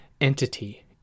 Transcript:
entity